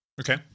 Okay